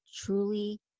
truly